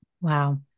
Wow